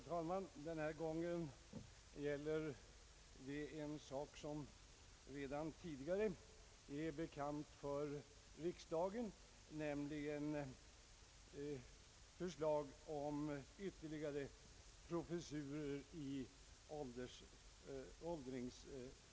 Herr talman! Det gäller denna gång en sak som redan tidigare är bekant för riksdagen, nämligen förslag om ytterligare professurer i åldringsforskning.